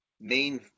main